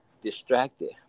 distracted